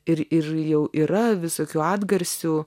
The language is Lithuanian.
ir ir jau yra visokių atgarsių